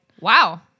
Wow